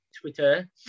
twitter